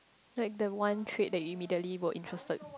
like that one trait that you immediately were interested